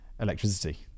Electricity